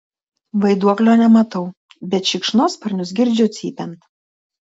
vaiduoklio nematau bet šikšnosparnius girdžiu cypiant